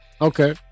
Okay